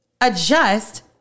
adjust